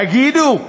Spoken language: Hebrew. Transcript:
תגידו,